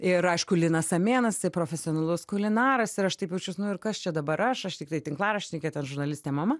ir aišku linas samėnas jisai profesionalus kulinaras ir aš taip jaučiaus nu ir kas čia dabar aš aš tiktai tinklaraštininkė ten žurnalistė mama